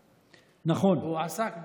נכון, הוא עסק בזה.